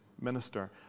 minister